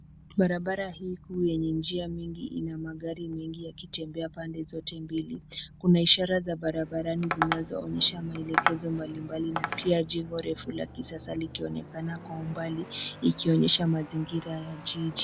Barabara hii kuu yenye njia mingi ina magari mengi yakitembea pande zote mbili. Kuna ishara za barabarani zinazoonyesha maelekezo mbalimbali na pia jengo refu la kisasa likionekana kwa umbali, ikionyesha mazingira ya jiji.